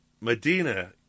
Medina